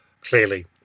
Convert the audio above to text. clearly